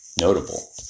Notable